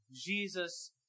Jesus